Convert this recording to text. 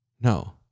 No